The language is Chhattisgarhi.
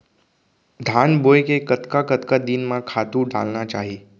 धान बोए के कतका कतका दिन म खातू डालना चाही?